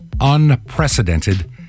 unprecedented